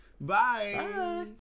Bye